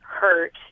hurt